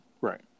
right